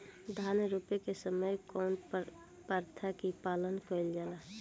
धान रोपे के समय कउन प्रथा की पालन कइल जाला?